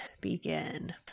begin